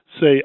say